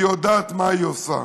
היא יודעת מה היא עושה.